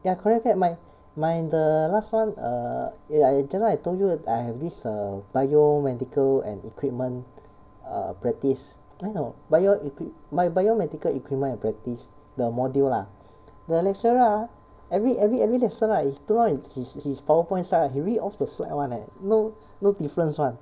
ya correct correct my my the last one err ya eh just now I told you I have this err biomedical and equipment err practice eh no bio equip~~ bio~ biomedical equipment and practice the module lah the lecturer ah every every every lesson right he look off his his powerpoint slide right he read off the slide [one] leh no no difference [one]